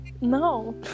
No